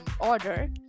order